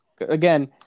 Again